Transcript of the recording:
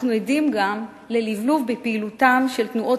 אנחנו עדים גם ללבלוב בפעילותם של תנועות